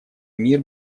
мир